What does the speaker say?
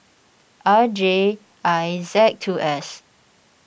R J I Z two S